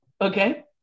Okay